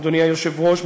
אדוני היושב-ראש,